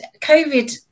Covid